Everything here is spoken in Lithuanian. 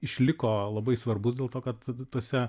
išliko labai svarbus dėl to kad tuose